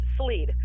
Sleed